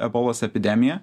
ebolos epidemija